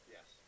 Yes